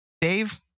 Dave